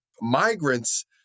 migrants